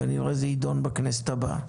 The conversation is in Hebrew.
כנראה זה יידון בכנסת הבאה.